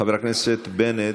חבר הכנסת בנט,